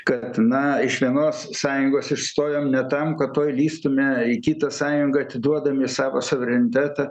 kad na iš vienos sąjungos išstojom ne tam kad tuoj lįstume į kitą sąjungą atiduodami savo suverenitetą